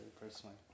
personally